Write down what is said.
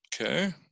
Okay